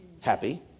happy